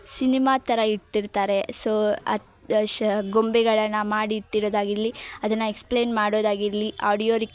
cinema ಥರ ಇಟ್ಟಿರ್ತಾರೆ so ಅದು ದಶ ಗೊಂಬೆಗಳನ್ನು ಮಾಡಿ ಇಟ್ಟಿರೊದಾಗಿರಲಿ ಅದನ್ನು ಎಕ್ಸ್ಪ್ಲೇನ್ ಮಾಡೋದಾಗಿರಲಿ ಆಡಿಯೋ ರಿಕ್